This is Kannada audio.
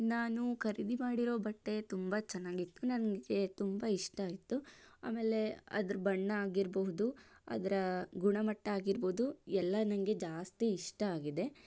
ನಾನು ಖರೀದಿ ಮಾಡಿರೋ ಬಟ್ಟೆ ತುಂಬ ಚೆನ್ನಾಗಿತ್ತು ನನಗೆ ತುಂಬ ಇಷ್ಟ ಆಯಿತು ಆಮೇಲೆ ಅದರ ಬಣ್ಣ ಆಗಿರ್ಬೋದು ಅದರ ಗುಣಮಟ್ಟ ಆಗಿರ್ಬೋದು ಎಲ್ಲ ನನಗೆ ಜಾಸ್ತಿ ಇಷ್ಟ ಆಗಿದೆ